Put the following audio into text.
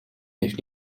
heeft